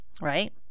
right